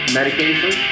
medication